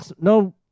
no